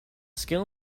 skill